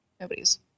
nobody's